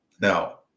Now